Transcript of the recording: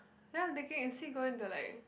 then I'm thinking is he going to like